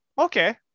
okay